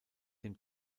dem